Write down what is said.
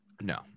No